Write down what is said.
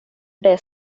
dig